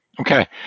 Okay